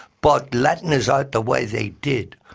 but letting us out the way they did,